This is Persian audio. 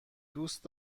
دوست